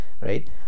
right